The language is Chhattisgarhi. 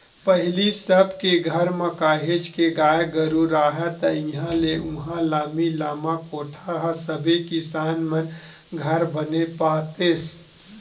पहिली सब के घर म काहेच के गाय गरु राहय ता इहाँ ले उहाँ लामी लामा कोठा ह सबे किसान मन घर बने पातेस